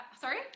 sorry